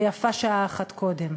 ויפה שעה אחת קודם.